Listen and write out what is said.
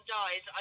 dies